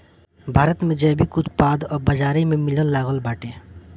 भारत में जैविक उत्पाद अब बाजारी में मिलेलागल बाटे